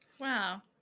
Wow